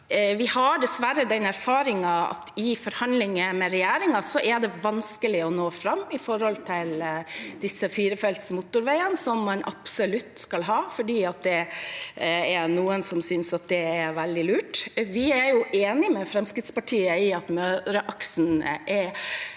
(rammeområde 17) den erfaringen at i forhandlinger med regjeringen er det vanskelig å nå fram når det gjelder disse firefelts motorveiene som man absolutt skal ha, fordi det er noen som synes at det er veldig lurt. Vi er enig med Fremskrittspartiet i at Møreaksen